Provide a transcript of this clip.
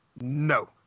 No